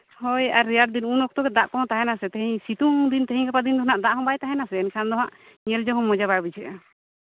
ᱦᱳᱭ ᱟᱨ ᱨᱮᱭᱟᱲ ᱫᱤᱱ ᱩᱱ ᱚᱠᱛᱚᱜᱮ ᱫᱟᱜ ᱠᱚᱦᱚᱸ ᱛᱟᱦᱮᱱᱟ ᱥᱮ ᱛᱤᱦᱤᱧ ᱥᱤᱛᱩᱝ ᱫᱤᱱ ᱛᱤᱦᱤᱧ ᱜᱟᱯᱟ ᱫᱤᱱ ᱫᱚ ᱱᱟᱜ ᱫᱟᱜ ᱦᱚᱸ ᱵᱟᱭ ᱛᱟᱦᱮᱱᱟ ᱥᱮ ᱮᱱᱠᱷᱟᱱ ᱫᱚ ᱦᱟᱸᱜ ᱧᱮᱞ ᱡᱚᱝ ᱦᱚᱸ ᱢᱚᱡᱟ ᱵᱟᱭ ᱵᱩᱡᱷᱟᱹᱜᱼᱟ